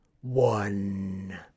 one